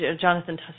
Jonathan